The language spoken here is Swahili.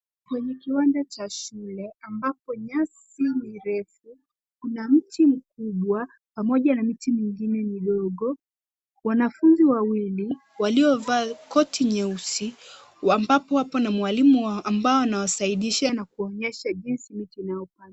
Kwenye kiwanja cha shule ambapo nyasi ni refu ,kuna mti mkubwa pamoja na miti mingine midogo. Wanafunzi wawili waliovaa koti nyeusi ambapo wapo na mwalimu wao ambao anawasaidisha na kuwaonyesha jinsi miti inaopandwa.